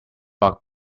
bug